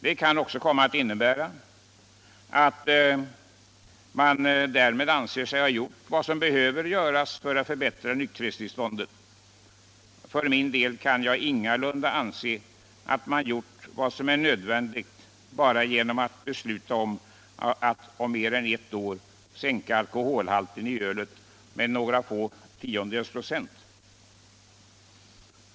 Det kan också komma att innebära att man därmed anser sig ha gjort vad som behövs göras för att förbättra nykterhetstillståndet. För min del kan jag ingalunda anse att man har gjort vad som är nödvändigt bara genom att besluta att om mer än ett år sänka alkoholhalten i ölet med några få tiondels viktprocent.